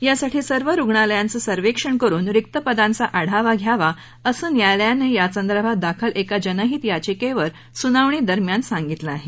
यासाठी सर्व रुग्णालयांचं सर्वेक्षण करून रिक्त पदांचा आढावा घ्यावा असं न्यायालयानं यासंदर्भात दाखल एका जनहित याचिकेवर सुनावणी दरम्यान सांगितलं आहे